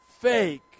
Fake